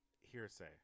Hearsay